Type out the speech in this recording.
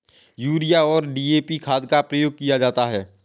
urea और DAP खाद का प्रयोग किया जाता है